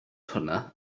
hwnna